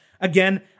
Again